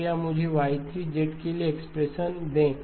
कृपया मुझे Y3 के लिए एक्सप्रेशन दें